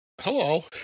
hello